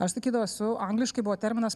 aš sakydavau esu angliškai buvo terminas